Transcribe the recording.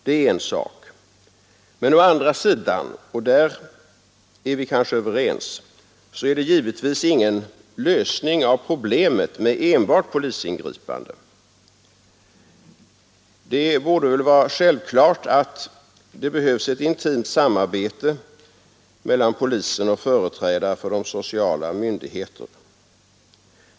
Å andra sidan — och där är vi kanske överens — är det givetvis ingen lösning av problemet med enbart polisingripande. Det borde väl vara självklart att det behövs ett intimt samarbete mellan polisen och företrädare för sociala myndigheter.